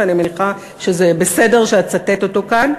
ואני מניחה שזה בסדר שאצטט אותו כאן,